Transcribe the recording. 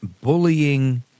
bullying